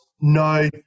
No